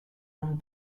owned